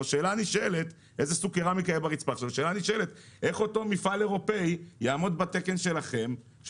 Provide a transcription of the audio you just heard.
השאלה הנשאלת איך אותו מפעל אירופאי יעמוד בתקן שלכם,